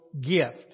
gift